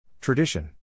Tradition